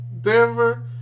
Denver